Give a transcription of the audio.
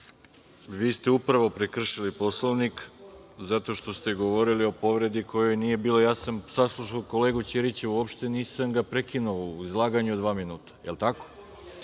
vi ste upravo prekršili Poslovnik, zato što ste govorili o povredi kojoj nije bila, ja sam saslušao kolegu Ćirića, uopšte ga nisam prekinuo u izlaganju od dva minuta. Je li tako?E,